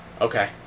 Okay